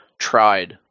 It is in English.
tried